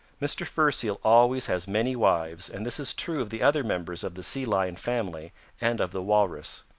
mr. fur seal always has many wives and this is true of the other members of the sea lion family and of the walrus.